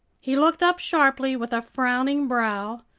he looked up sharply, with a frowning brow,